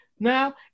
Now